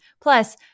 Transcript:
Plus